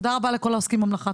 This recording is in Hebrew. תודה רבה לכל העוסקים במלאכה.